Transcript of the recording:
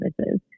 services